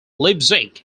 leipzig